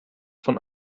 von